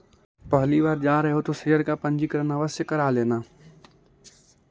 पहली बार जा रहे हो तो शेयर का पंजीकरण आवश्य करा लेना